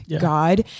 God